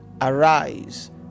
arise